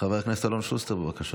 חבר הכנסת אלון שוסטר, בבקשה.